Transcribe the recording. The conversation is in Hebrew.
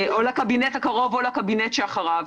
-- או לקבינט הקרוב או לקבינט שאחריו.